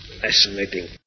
Fascinating